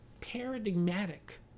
paradigmatic